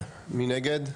1 נגד,